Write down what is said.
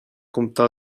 comptar